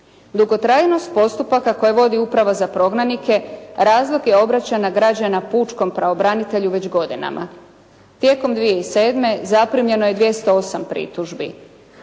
Dugotrajnost postupaka koje vodi Uprava za prognanike razlog je obraćanja građana pučkom pravobranitelju već godinama. Tijekom 2007. zaprimljeno je 208 pritužbi.